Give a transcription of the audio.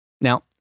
Now